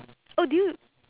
oh did you